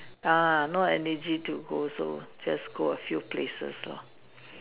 ah no energy to go also just go a few places lor